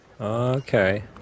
Okay